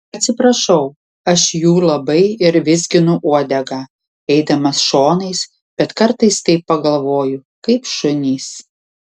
atsiprašau aš jų labai ir vizginu uodegą eidamas šonais bet kartais taip pagalvoju kaip šunys